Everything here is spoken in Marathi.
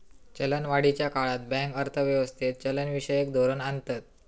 चलनवाढीच्या काळात बँक अर्थ व्यवस्थेत चलनविषयक धोरण आणतत